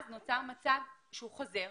אז נוצר מצב שהוא חוזר,